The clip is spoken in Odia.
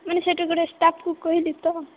ମାନେ ସେଠି ଗୋଟେ ଷ୍ଟାଫକୁ କହିଲି ତ